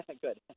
good